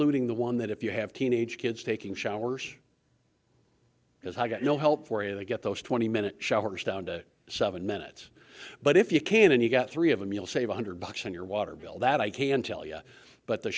ding the one that if you have teenage kids taking showers as i got no help for you to get those twenty minute showers down to seven minutes but if you can and you've got three of them you'll save a hundred bucks on your water bill that i can tell you but the